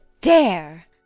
dare